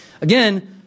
Again